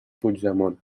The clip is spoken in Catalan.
puigdemont